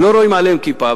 לא רואים עליהם כיפה,